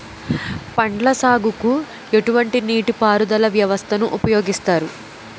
పండ్ల సాగుకు ఎటువంటి నీటి పారుదల వ్యవస్థను ఉపయోగిస్తారు?